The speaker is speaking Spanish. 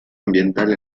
ambiental